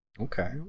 Okay